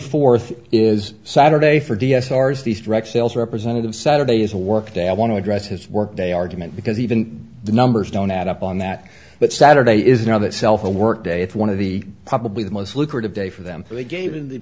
fourth is saturday for d s ours these directionless representative saturday is a work day i want to address his workday argument because even the numbers don't add up on that but saturday is now that self a work day it's one of the probably the most lucrative day for them so they gave in the